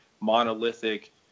monolithic